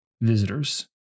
visitors